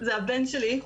זה הבן שלי.